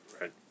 Right